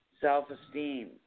self-esteem